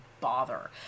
bother